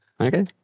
okay